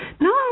no